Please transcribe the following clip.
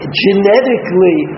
genetically